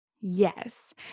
Yes